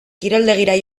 kiroldegira